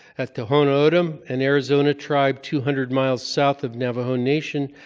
at tohono o'odom, an arizona tribe two hundred miles south of navajo nation,